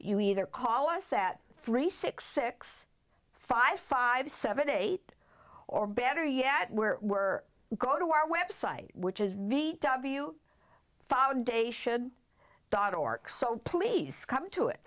you either call us at three six six five five seven eight or better yet where we're go to our website which is v w foundation dot org so please come